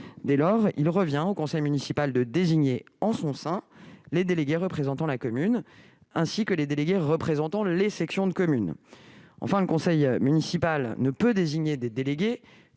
Dès lors, il revient au conseil municipal de désigner en son sein les délégués représentant la commune, ainsi que les délégués représentant les sections de commune. Enfin, le conseil municipal ne peut désigner des délégués